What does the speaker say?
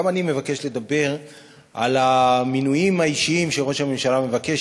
גם אני מבקש לדבר על המינויים האישיים שראש הממשלה מבקש,